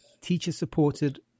teacher-supported